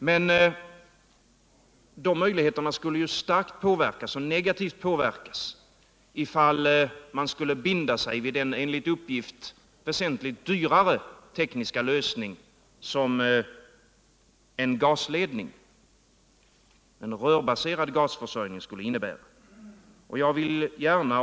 Men de möjligheterna skulle starkt och negativt påverkas ifall man skulle binda sig vid den enligt uppgift väsentligt dyrare tekniska lösning som en gasledning. en rörbaserad gasförsörjning, skulle innebära.